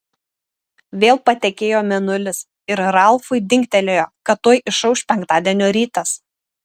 vėl patekėjo mėnulis ir ralfui dingtelėjo kad tuoj išauš penktadienio rytas